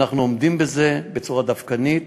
אנחנו עומדים בזה בצורה דווקנית,